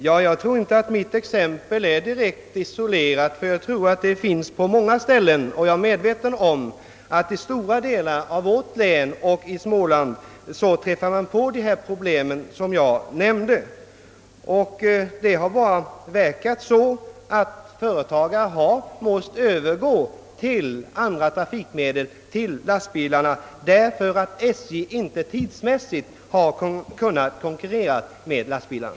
Jag tror att mitt exempel inte pekade på en isolerad företeelse, utan att sådana exempel kan tagas från många platser. I stora delar av Småland träffar man på de problem som jag nämnde. De har medfört att företagare har måst övergå till att använda andra trafikmedel, nämligen lastbilar, emedan SJ inte tidsmässigt kunnat konkurrera med lastbilarna.